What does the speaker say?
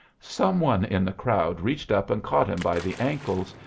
some one in the crowd reached up and caught him by the ankles,